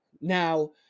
Now